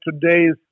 today's